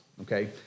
okay